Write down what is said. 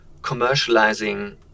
commercializing